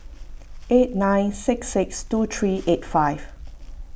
eight nine six six two three eight five